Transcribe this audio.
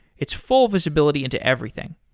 it's full visibility into everything.